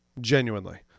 Genuinely